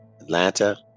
Atlanta